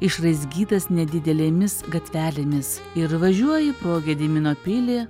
išraizgytas nedidelėmis gatvelėmis ir važiuoji pro gedimino pilį